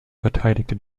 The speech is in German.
verteidigte